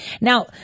Now